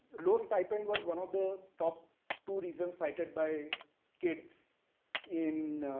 low stipend was one of the top two reasons cited by kids in